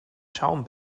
schaum